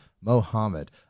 Mohammed